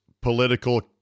political